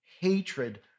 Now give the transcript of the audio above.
hatred